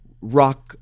rock